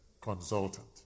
consultant